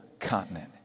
continent